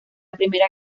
primera